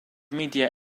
media